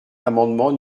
l’amendement